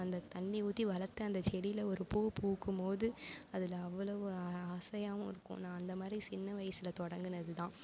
அந்த தண்ணி ஊற்றி வளர்த்து அந்த செடியில ஒரு பூ பூக்கும் மோது அதில் அவ்வளவு ஆசையாகவும் இருக்கும் நான் அந்த மாதிரி சின்ன வயசில் தொடங்கினதுதான்